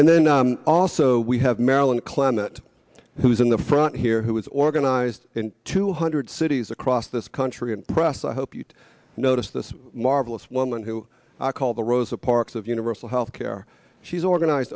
and then also we have maryland clement who's in the front here who is organized in two hundred cities across this country and press i hope you'd notice this marvelous woman who called the rosa parks of universal healthcare she's organized